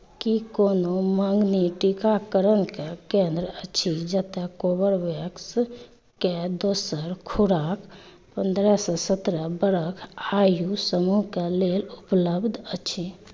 की कोनो मँगनी टीकाकरणके केंद्र अछि जतय कोरबेवेक्सके दोसर खुराक पन्द्रहसँ सतरह बरख आयु समूहके लेल उपलब्ध अछि